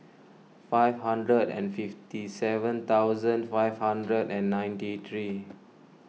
five hundred and fifty seven thousand five hundred and ninety three